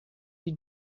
wie